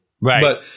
Right